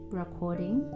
recording